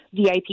VIP